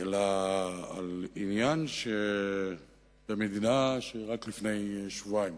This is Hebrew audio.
אלא על עניין של מדינה, שרק לפני שבועיים